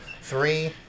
Three